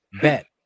bet